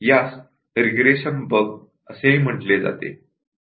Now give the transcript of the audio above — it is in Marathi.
यास रिग्रेशन बग असेही म्हटले जाते